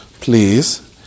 Please